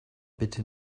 bitte